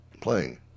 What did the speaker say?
playing